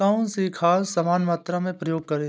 कौन सी खाद समान मात्रा में प्रयोग करें?